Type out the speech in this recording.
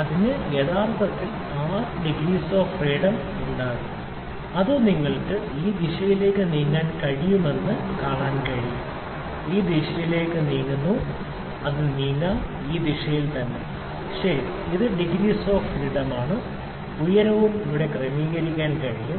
അതിന് യഥാർത്ഥത്തിൽ 6 degrees of freedom ഉണ്ടാകും ഇത് നിങ്ങൾക്ക് ഈ ദിശയിലേക്ക് നീങ്ങാൻ കഴിയുമെന്ന് കാണാൻ കഴിയും ഈ ദിശയിലേക്ക് നീങ്ങാൻ കഴിയും അതും നീങ്ങാം ഈ ദിശയിൽ അതെ ശരി ഇത് ഡിഗ്രിസ് ഓഫ് ഫ്രീഡം ആണ് ഉയരവും ഇവിടെ ക്രമീകരിക്കാൻ കഴിയും